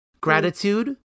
Gratitude